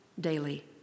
daily